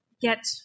get